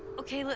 okay, like